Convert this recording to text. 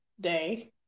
day